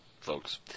folks